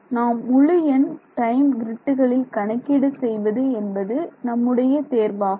நாம் முழு எண் டைம் க்ரிட்டுகளில் கணக்கீடு செய்வது என்பது நம்முடைய தேர்வாகும்